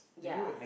ya